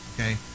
Okay